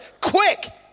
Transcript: quick